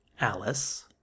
Alice